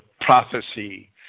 prophecy